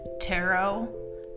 tarot